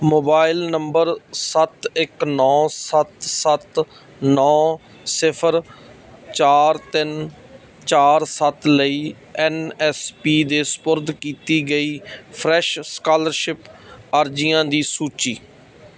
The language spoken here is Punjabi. ਮੋਬਾਈਲ ਨੰਬਰ ਸੱਤ ਇੱਕ ਨੌਂ ਸੱਤ ਸੱਤ ਨੌਂ ਸਿਫਰ ਚਾਰ ਤਿੰਨ ਚਾਰ ਸੱਤ ਲਈ ਐਨ ਐਸ ਪੀ ਦੇ ਸਪੁਰਦ ਕੀਤੀ ਗਈ ਫਰੈਸ਼ ਸਕਾਲਰਸ਼ਿਪ ਅਰਜ਼ੀਆਂ ਦੀ ਸੂਚੀ